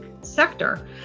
sector